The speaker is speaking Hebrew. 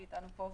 שאיתנו פה,